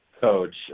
coach